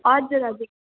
हजुर हजुर